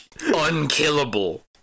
Unkillable